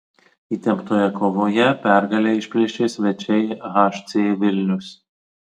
įtemptoje kovoje pergalę išplėšė svečiai hc vilnius